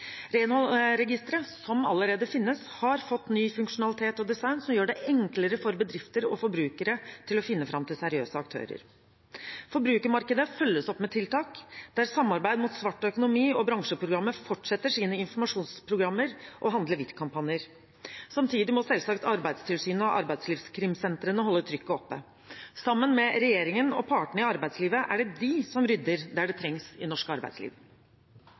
Renholdsregisteret, som allerede finnes, har fått ny funksjonalitet og design som gjør det enklere for bedrifter og forbrukere å finne fram til seriøse aktører. Forbrukermarkedet følges opp med tiltak. Samarbeid mot svart økonomi og Bransjeprogrammet fortsetter sine informasjonsprogrammer og handle hvitt-kampanjer. Samtidig må selvsagt Arbeidstilsynet og sentrene mot arbeidslivskriminalitet holde trykket oppe. Sammen med regjeringen og partene i arbeidslivet er det de som rydder der det trengs i norsk arbeidsliv.